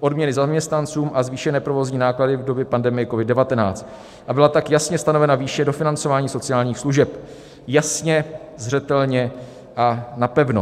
odměny zaměstnancům a zvýšené provozní náklady v době pandemie COVID19, a byla tak jasně stanovena výše dofinancování sociálních služeb, jasně, zřetelně a napevno.